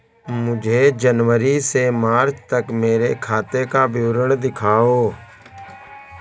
मुझे जनवरी से मार्च तक मेरे खाते का विवरण दिखाओ?